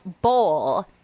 bowl